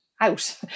out